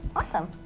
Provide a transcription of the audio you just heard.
awesome.